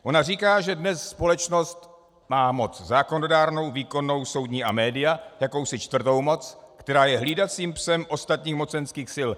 Ona říká, že dnes společnost má moc zákonodárnou, výkonnou, soudní a média, jakousi čtvrtou moc, která je hlídacím psem ostatních mocenských sil.